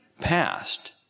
past